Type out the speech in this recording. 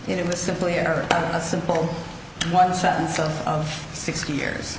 it was simply or a simple one sentence of sixty years